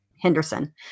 Henderson